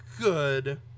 good